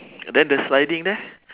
and then the sliding there